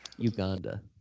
uganda